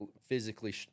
physically